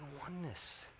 oneness